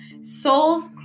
souls